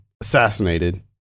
assassinated